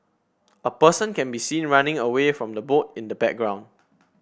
a person can be seen running away from the boat in the background